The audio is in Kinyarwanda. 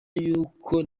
y’uko